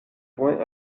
points